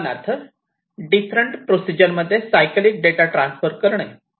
उदाहरणार्थ different procedure मध्ये cyclic data transfer करणे